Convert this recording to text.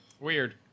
weird